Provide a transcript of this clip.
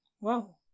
Wow